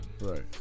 right